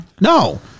No